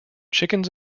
chickens